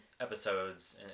episodes